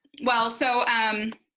well so um,